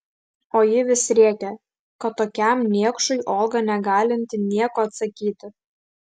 o ji vis rėkė kad tokiam niekšui olga negalinti nieko atsakyti